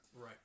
Right